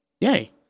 Yay